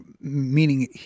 meaning